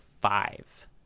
five